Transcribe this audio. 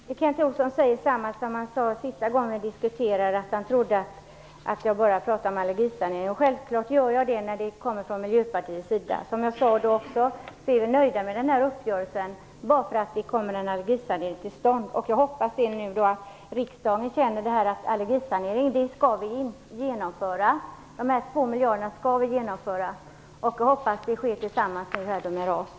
Fru talman! Kent Olsson säger detsamma som han sade den senaste gången vi diskuterade den här frågan, nämligen att han trodde att jag bara pratade om allergisanering. Självfallet gör jag det från Miljöpartiets sida. Som jag sade även den gången är vi nöjda med den här uppgörelsen bara därför att en allergisanering kommer till stånd. Jag hoppas att riksdagen känner att vi skall genomföra en allergisanering och att två miljarder skall användas till detta förhoppningsvis i samband med RAS-åtgärder.